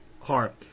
heart